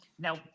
now